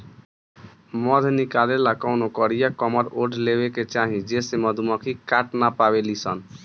मध निकाले ला कवनो कारिया कमर ओढ़ लेवे के चाही जेसे मधुमक्खी काट ना पावेली सन